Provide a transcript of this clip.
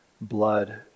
blood